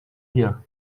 here